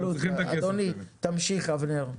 אדוני, תמשיך, אבנר.